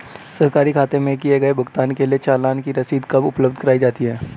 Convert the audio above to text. सरकारी खाते में किए गए भुगतान के लिए चालान की रसीद कब उपलब्ध कराईं जाती हैं?